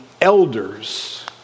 elders